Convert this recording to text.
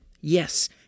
yes